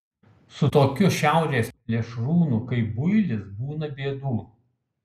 su tokiu šiaurės plėšrūnu kaip builis būna bėdų